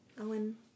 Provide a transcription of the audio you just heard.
Owen